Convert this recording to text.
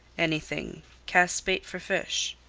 anything cast bait for fish.